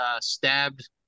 stabbed